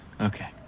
Okay